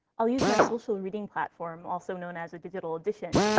i'll use my social reading platform, also known as a digital edition,